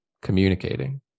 communicating